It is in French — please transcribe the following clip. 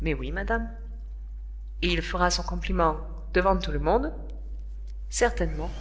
mais oui madame et il fera son compliment devant tout le monde certainement